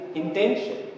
intention